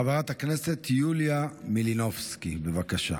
חברת הכנסת יוליה מלינובסקי, בבקשה.